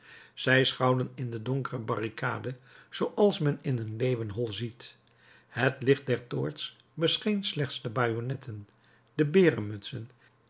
zij schouwden in de donkere barricade zooals men in een leeuwenhol ziet het licht der toorts bescheen slechts de bajonnetten de